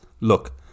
Look